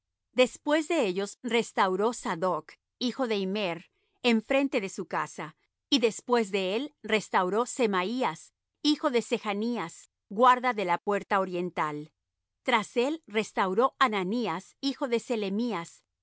después de ellos resturó sadoc hijo de immer enfrente de su casa y después de él restauró semaías hijo de sechnías guarda de la puerta oriental tras él restauró hananías hijo de selemías